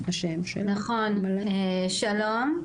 נכון, שלום,